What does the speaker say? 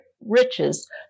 riches